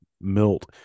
Milt